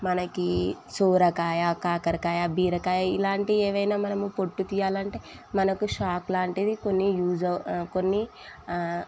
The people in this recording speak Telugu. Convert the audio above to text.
మనకి సొరకాయ కాకరకాయ బీరకాయ ఇలాంటివి ఏమైనా మనము పొట్టు తీయాలంటే మనకు షార్ప్ లాంటివి కొన్ని యూజ్ కొన్ని